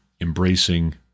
embracing